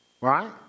Right